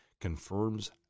confirms